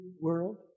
world